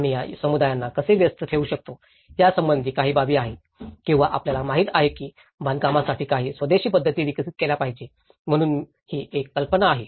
आम्ही या समुदायांना कसे व्यस्त ठेवू शकतो यासंबंधी काही बाबी आहेत किंवा आपल्याला माहिती आहे की बांधकामासाठी काही स्वदेशी पद्धती विकसित केल्या पाहिजेत म्हणून ही एक कल्पना आहे